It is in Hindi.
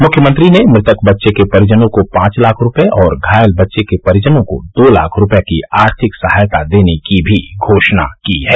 मुख्यमंत्री ने मृतक बच्चे के परिजनों को पांच लाख रूपये और घायल बच्चे के परिजनों को दो लाख रूपये की आर्थिक सहायता देने की भी घोषणा की है